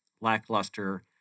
lackluster